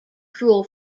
cruel